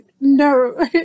No